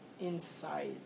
inside